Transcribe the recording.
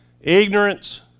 Ignorance